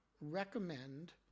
recommend